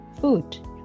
food